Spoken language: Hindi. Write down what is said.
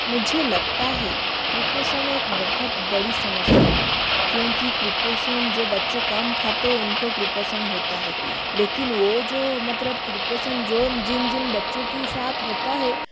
मुझे लगता है कुपोषण एक बहुत बड़ी समस्या है क्योकि कुपोषण जो बच्चे कम खाते हैं उनको कुपोषण होता है लेकिन वह जो मतलब कुपोषण जो जिन जिन बच्चों के साथ होता है